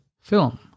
Film